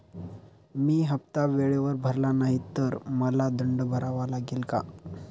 मी हफ्ता वेळेवर भरला नाही तर मला दंड भरावा लागेल का?